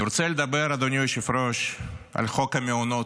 אני רוצה לדבר, אדוני היושב-ראש, על חוק המעונות,